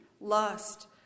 lust